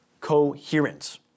coherence